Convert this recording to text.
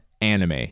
anime